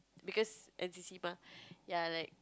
because N_C_C mah ya like